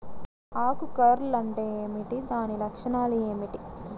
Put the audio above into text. ఆకు కర్ల్ అంటే ఏమిటి? దాని లక్షణాలు ఏమిటి?